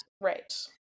Right